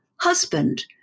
husband